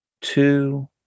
two